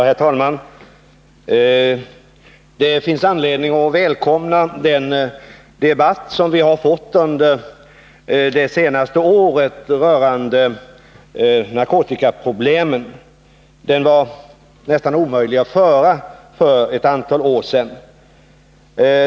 Herr talman! Det finns anledning att välkomna den debatt som vi har fått under det senaste året rörande narkotikaproblemen. Det var nästan omöjligt att föra den för ett antal år sedan.